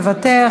מוותר,